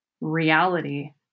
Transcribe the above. reality